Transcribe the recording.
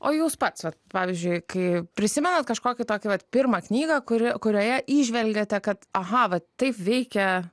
o jūs pats vat pavyzdžiui kai prisimenat kažkokį tokį vat pirmą knygą kuri kurioje įžvelgėte kad aha va taip veikia